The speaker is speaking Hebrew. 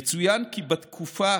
יצוין כי בתקופה